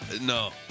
no